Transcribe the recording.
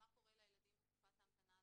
מה קורה לילדים בתקופת ההמתנה הזאת.